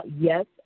yes